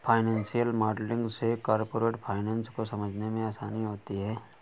financial modelling से corporate finance को समझने में आसानी होती है